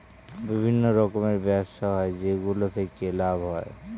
বিভিন্ন রকমের ব্যবসা হয় যেগুলো থেকে লাভ হয়